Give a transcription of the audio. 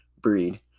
breed